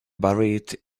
buried